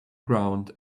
ground